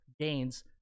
gains